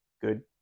good